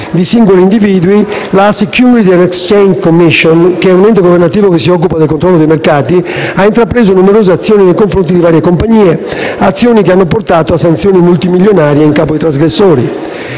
di singoli individui, la Security and exchange commission (SEC), un ente governativo che si occupa del controllo dei mercati, ha intrapreso numerose azioni nei confronti di varie compagnie, azioni che hanno portato a sanzioni multimilionarie in capo ai trasgressori.